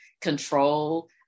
control